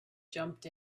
jumped